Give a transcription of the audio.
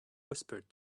whispered